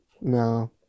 No